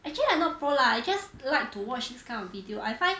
actually I not pro lah I just like to watch this kind of video I find